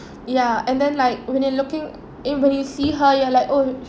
ya and then like when you're looking when you see her you are like oh